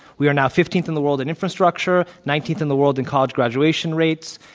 we are now fifteenth in the world in infrastructure, nineteenth in the world in college graduation rates.